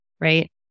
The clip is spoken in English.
Right